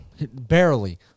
Barely